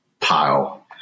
pile